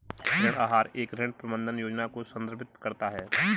ऋण आहार एक ऋण प्रबंधन योजना को संदर्भित करता है